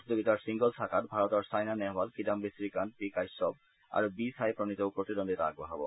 প্ৰতিযোগিতাৰ ছিংগলছ শাখাত ভাৰতৰ চাইনা নেহৱাল কিদাম্বি শ্ৰীকান্ত পি কাশ্যপ আৰু বি ছাই প্ৰণীতেও প্ৰতিদ্বন্দ্বিতা আগবঢ়াব